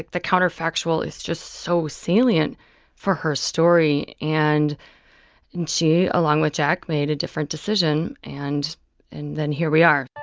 the counterfactual is just so salient for her story. and and she, along with jack, made a different decision and and then here we are